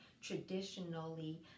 traditionally